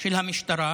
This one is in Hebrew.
של המשטרה